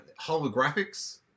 holographics